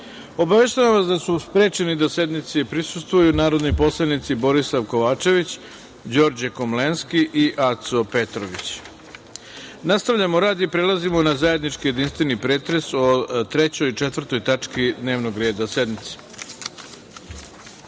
vas da su sprečeni da sednici prisustvuju narodni poslanici Borislav Kovačević, Đorđe Komlenski i Aco Petrović. Nastavljamo rad i prelazimo na zajednički jedinstveni pretres o 3. i 4. tački dnevnog reda sednice. Saglasno